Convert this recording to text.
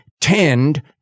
tend